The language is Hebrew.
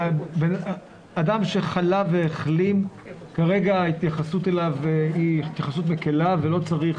אדם שחלה והחלים כרגע ההתייחסות אליו היא התייחסות מקלה ולא צריך